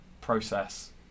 process